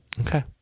Okay